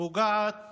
פוגעת